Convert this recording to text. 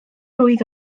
mlwydd